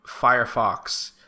Firefox